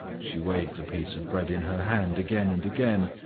she weighed the piece of bread in her hand again and again,